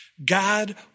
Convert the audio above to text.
God